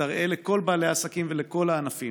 ותראה לכל בעלי העסקים ולכל הענפים